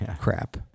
crap